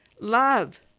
Love